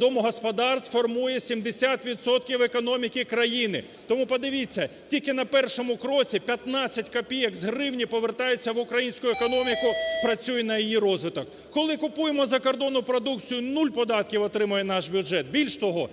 домогосподарств формує 70 відсотків економіки країни. Тому подивіться, тільки на першому кроці 15 копійок з гривні повертається в українську економіку, працюй на її розвиток. Коли купуємо закордонну продукцію нуль податків отримає наш бюджет. Більше того,